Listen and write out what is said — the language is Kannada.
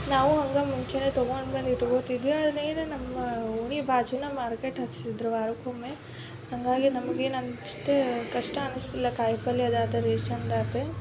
ನಾವೂ ಹಂಗೆ ಮುಂಚೆಯೇ ತೊಗೊಂಡು ಬಂದು ಇಟ್ಕೊತಿದ್ವಿ ಆದರೆ ಏನೇ ನಮ್ಮ ಓಣಿ ಬಾಜುನೇ ಮಾರ್ಕೆಟ್ ಹಚ್ಚಿದ್ರೆ ವಾರಕ್ಕೊಮ್ಮೆ ಹಾಗಾಗಿ ನಮ್ಗೇನು ಅಷ್ಟು ಕಷ್ಟ ಅನಿಸಲಿಲ್ಲ ಕಾಯಿ ಪಲ್ಯದಾತು ರೇಷನ್ದಾತು